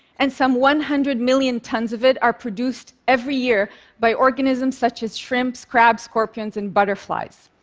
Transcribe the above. and some one hundred million tons of it are produced every year by organisms such as shrimps, crabs, scorpions and butterflies.